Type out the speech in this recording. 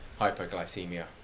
hypoglycemia